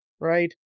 right